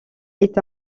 est